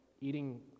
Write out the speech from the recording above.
eating